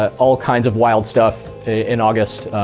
ah all kinds of wild stuff in august,